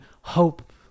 hope